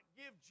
give